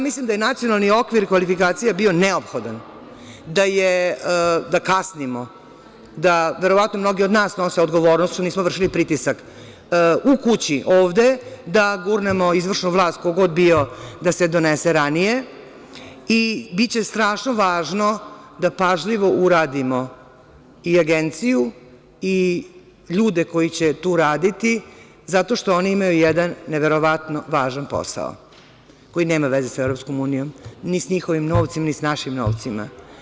Mislim da je nacionalni okvir kvalifikacija bio neophodan, da kasnimo, da verovatno mnogi od nas nose odgovornost što nismo vršili pritisak u kući, ovde da gurnemo izvršnu vlast ko god bio da se donese ranije i biće strašno važno da pažljivo uradimo i agenciju i ljude koji će tu raditi, zato što oni imaju jedan neverovatno važan posao koji nema veze sa EU ni sa njihovim novcima, ni sa našim novcima.